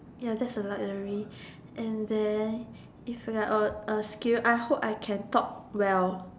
ya that's the luxury and then if we are a A skill I hope I can talk well